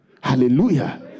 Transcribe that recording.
Hallelujah